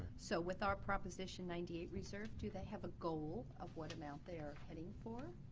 so with our proposition ninety eight reserve do they have a goal of what amount they are heading for?